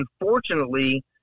unfortunately